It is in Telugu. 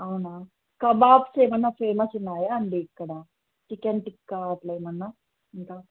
అవునా కబాబ్స్ ఏమైనా ఫేమస్ ఉన్నాయా అండి ఇక్కడ చికెన్ టిక్కా అలా ఏమైనా ఇంకా